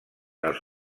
els